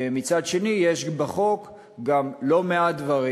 מצד שני, יש בחוק גם לא מעט דברים,